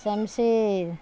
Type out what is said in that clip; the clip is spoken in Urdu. شمشیر